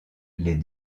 les